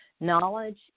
knowledge